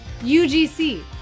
UGC